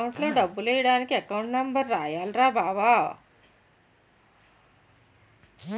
అకౌంట్లో డబ్బులెయ్యడానికి account number రాయాల్రా బావో